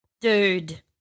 Dude